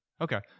okay